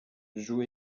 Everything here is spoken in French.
joue